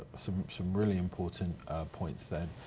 ah some some really important points there.